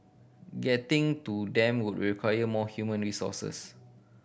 getting to them would require more human resources